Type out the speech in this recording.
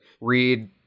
read